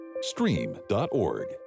Stream.org